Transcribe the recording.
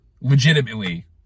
Legitimately